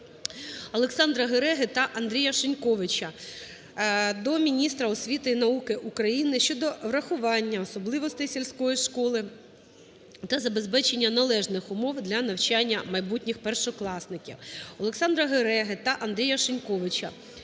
Олександра Гереги та Андрія Шиньковича до Міністра освіти і науки України щодо врахування особливостей сільської школи та забезпечення належних умов для навчання майбутніх першокласників. Олександра Гереги та Андрія Шиньковича